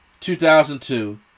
2002